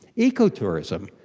ecotourism.